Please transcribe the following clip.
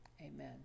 amen